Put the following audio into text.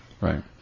Right